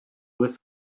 with